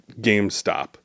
GameStop